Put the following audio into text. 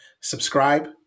subscribe